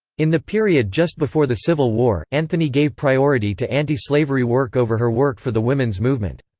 in the period just before the civil war, anthony gave priority to anti-slavery work over her work for the women's movement.